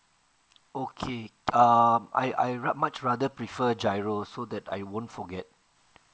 okay uh I I rath~ much rather prefer GIRO so that I won't forget